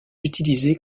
utilisés